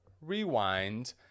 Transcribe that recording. rewind